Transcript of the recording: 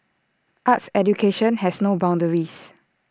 arts education has no boundaries